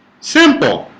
simple